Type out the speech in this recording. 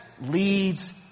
leads